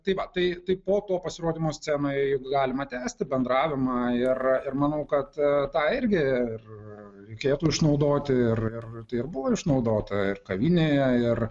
tai va tai tai po to pasirodymo scenoje juk galima tęsti bendravimą ir ir manau kad tą irgi ir reikėtų išnaudoti ir tai ir buvo išnaudota ir kavinėje ir